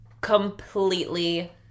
Completely